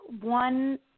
one